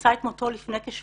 מצא את מותו לפני כשבועיים,